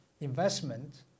investment